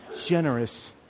generous